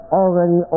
already